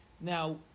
Now